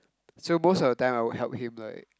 so most of the time I will help him like